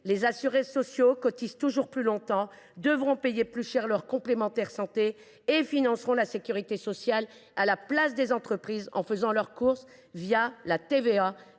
les assurés sociaux cotisent toujours plus longtemps, devront payer plus cher leurs complémentaires santé, financeront la sécurité sociale à la place des entreprises en faisant leurs courses la TVA